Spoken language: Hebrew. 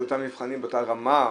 שאותם מבחנים באותה רמה,